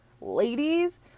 ladies